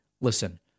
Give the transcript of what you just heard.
listen